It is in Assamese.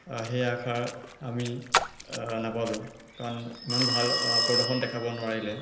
সেই আশা আমি নাপালোঁ কাৰণ ইমান ভাল প্ৰদৰ্শন দেখাব নোৱাৰিলে